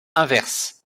inverse